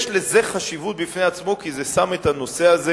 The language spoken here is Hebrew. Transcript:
יש לזה חשיבות בפני עצמה, כי זה שם את הנושא הזה